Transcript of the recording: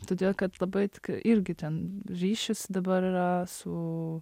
todėl kad labai tik irgi ten ryšius dabar yra su